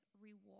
reward